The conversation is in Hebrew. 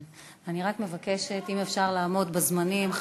אני רק מבקשת, אם אפשר לעמוד בזמנים.